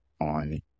on